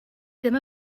ddim